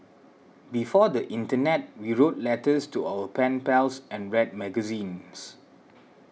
before the internet we wrote letters to our pen pals and read magazines